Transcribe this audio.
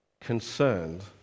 concerned